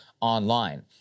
online